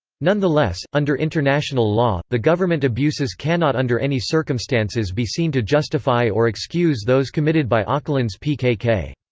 nonetheless, under international law, the government abuses cannot under any circumstances be seen to justify or excuse those committed by ocalan's pkk.